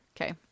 Okay